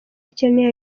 ikeneye